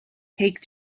take